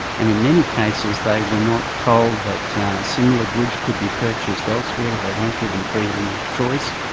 and in many cases they were not told that similar goods could be purchased elsewhere, they weren't given freedom of choice,